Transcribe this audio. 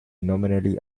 nominally